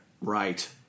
Right